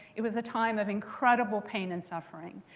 it was a time of incredible pain and suffering.